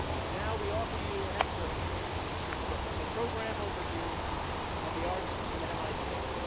and now we offer you an excerpt of of a program overview of the arts at mit.